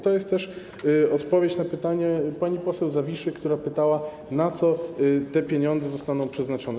To jest też odpowiedź na pytanie pani poseł Zawiszy, która pytała, na co te pieniądze zostaną przeznaczone.